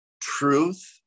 truth